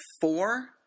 four